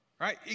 Right